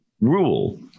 rule